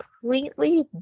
completely